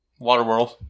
Waterworld